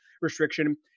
Restriction